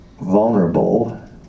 vulnerable